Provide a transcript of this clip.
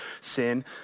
sin